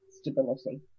stability